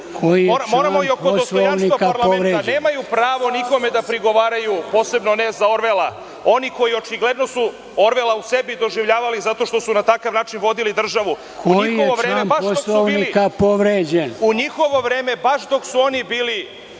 Koji je član Poslovnika povređen?